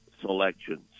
selections